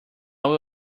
will